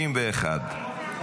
61,